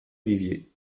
vivier